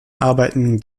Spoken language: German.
arbeiten